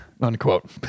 Unquote